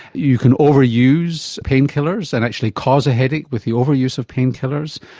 you can overuse painkillers and actually cause a headache with the overuse of painkillers.